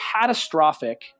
catastrophic